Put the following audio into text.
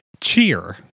cheer